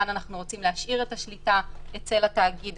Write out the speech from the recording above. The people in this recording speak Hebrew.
כאן אנחנו רוצים להשאיר את השליטה אצל התאגיד,